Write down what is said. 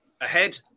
ahead